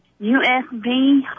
USB